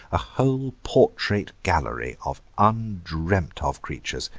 a whole portrait gallery of undreamed-of creatures.